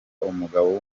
umugabo